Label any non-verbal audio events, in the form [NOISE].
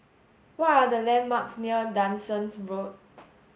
what are the landmarks near [UNINTELLIGIBLE] Road